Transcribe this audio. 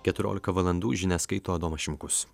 keturiolika valandų žinias skaito adomas šimkus